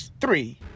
three